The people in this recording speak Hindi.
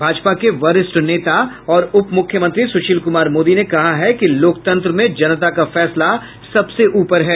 भाजपा के वरिष्ठ नेता और उपमुख्यमंत्री सुशील कुमार मोदी ने कहा है कि लोकतंत्र में जनता का फैसला सब से ऊपर है